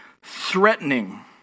threatening